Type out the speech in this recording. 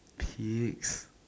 pigs